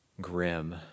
grim